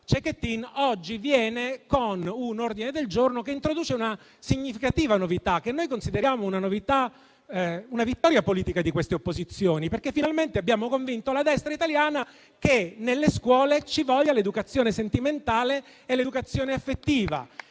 Cecchettin, oggi presenta con un ordine del giorno che introduce una significativa novità, che noi consideriamo una vittoria politica di queste opposizioni. Finalmente abbiamo convinto la destra italiana ad ammettere che nelle scuole ci vuole l'educazione sentimentale e l'educazione affettiva.